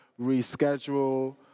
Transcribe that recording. reschedule